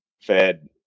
fed